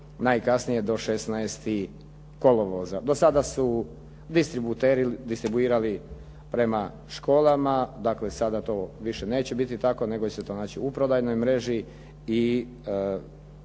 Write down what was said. najkasnije do 16. kolovoza. Do sada su distributeri distribuirali prema školama. Dakle, sada to više neće biti tako nego će se to naći u prodajnoj mreži.